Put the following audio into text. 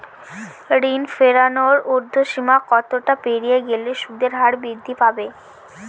ঋণ ফেরানোর উর্ধ্বসীমা কতটা পেরিয়ে গেলে সুদের হার বৃদ্ধি পাবে?